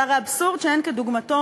זה הרי אבסורד שאין כדוגמתו.